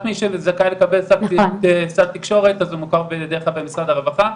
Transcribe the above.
רק מי שזכאי לקבל סל תקשורת הוא מוכר דרך משרד הרווחה,